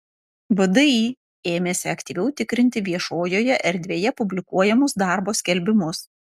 vdi ėmėsi aktyviau tikrinti viešojoje erdvėje publikuojamus darbo skelbimus